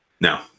No